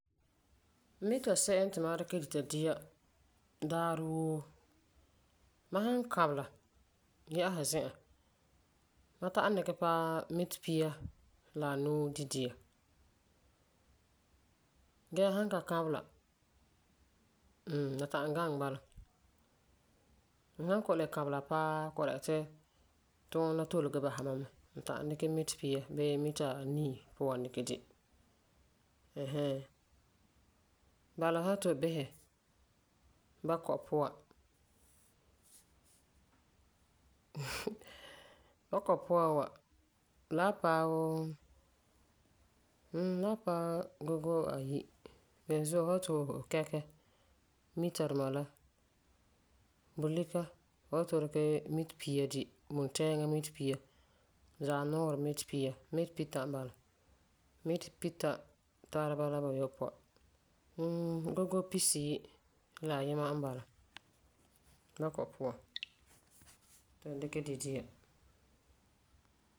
Mita se'em ti mam dikɛ dita dia daarewoo. Ma san kabela yɛ'ɛsa zi'an, ma ta'am dikɛ paɛ mitepia la anuu di dia. Gee n san ka kabela, mm la ta'am gaŋɛ bala. N san kɔ'ɔm le kabela paa di'a ti tuunɛ la toli gee basera ma mɛ, n ta'am dikɛ mitepia bii mita anii puan dikɛ di ɛɛn hɛɛn. Bala fu san bisɛ bakɔi. Bakɔi puan wa la wan paɛ wuu, mm, la paɛ gogo ayi. Beni zuo fu san yeti fu kɛkɛ mita duma la bulika fu san yeti fu dikɛ mita pia di, wuntɛɛŋan mita pia zaanuurɛ mita pia, mitepita n bala. Mitepita tara bala buyopɔi Mm, gogo pisiyi la ayima n bala bakɔi puan ti n dikɛ di dia.